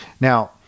Now